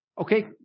Okay